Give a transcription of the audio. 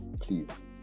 Please